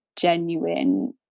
genuine